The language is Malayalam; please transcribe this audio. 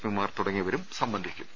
പിമാർ തുടങ്ങിയവരും സംബന്ധിക്കും